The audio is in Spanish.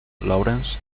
lawrence